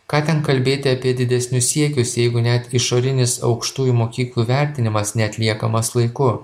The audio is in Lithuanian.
ką ten kalbėti apie didesnius siekius jeigu net išorinis aukštųjų mokyklų vertinimas neatliekamas laiku